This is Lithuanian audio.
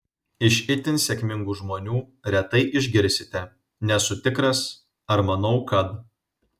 iš itin sėkmingų žmonių retai išgirsite nesu tikras ar manau kad